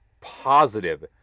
positive